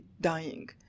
dying